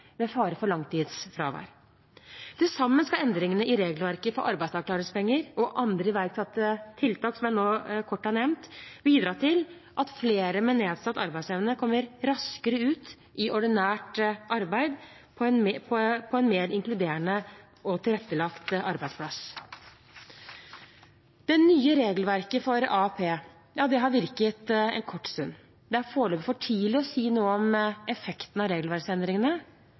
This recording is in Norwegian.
ved fare for langtidsfravær. Til sammen skal endringene i regelverket for arbeidsavklaringspenger og andre iverksatte tiltak som jeg nå kort har nevnt, bidra til at flere med nedsatt arbeidsevne kommer raskere ut i ordinært arbeid på en mer inkluderende og tilrettelagt arbeidsplass. Det nye regelverket for AAP har virket en kort stund. Det er foreløpig for tidlig å si noe om effektene av regelverksendringene,